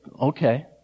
okay